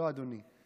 לא, אדוני.